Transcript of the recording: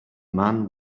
man